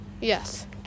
yes